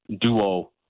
duo